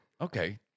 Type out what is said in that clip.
okay